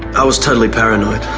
i was totally paranoid.